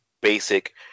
basic